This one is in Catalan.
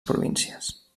províncies